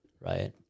right